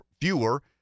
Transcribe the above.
fewer